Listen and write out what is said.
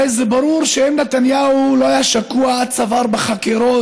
הרי זה ברור שאם נתניהו לא היה שקוע עד צוואר בחקירות,